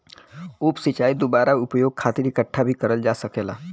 उप सिंचाई दुबारा उपयोग खातिर इकठ्ठा भी करल जा सकेला